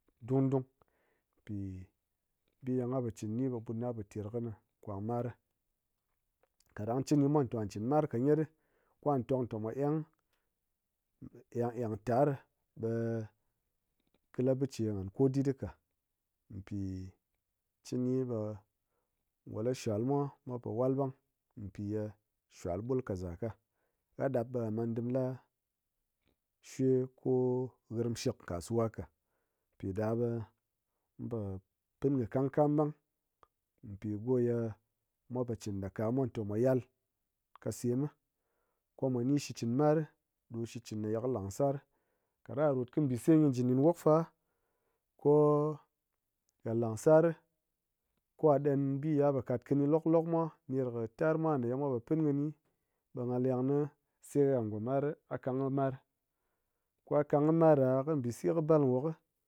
dung dung pi bi ye ngha po chɨn kɨni ɓe ɓut na po ter kɨni kwag mar ri kaɗang cɨn cɨni mwa ta chin marka gyet ɗi kwa tong ta mwa eng, eng e̱ng tari ɓe kɨ labiche nghan kodit ka pi chɨni ɓe ngo la shal mwa mwa po wal ɓang piye shwal ɓulka zaka, ha ɗap ɓe ha mandim la shwa ko hirm shik kasuwa ka mpiɗa ɓe mun po pin kamkam ɓang pi ngo ye mwa po chin ɗa ka mwa tomwa yal ka sem mi ko mwa ni shikchɨn mar ri ɗo shikchɨn me ye kɨ lansar kaɗang ha rot kɨ mbise gyi ji ɗin wok fa ko ha langsar ko ha ɗan bi ye ha po kat kini lok lok mwa ner kɨ tar mwa ne mwa po pin kɨni ɓe ngha leng ni sai ha ngomar ha kang kɨ mar ko ha kang kɨ mar kɨ mbise kɨ bal wok.